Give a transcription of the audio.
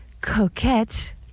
coquette